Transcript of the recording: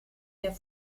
der